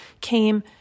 came